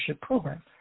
program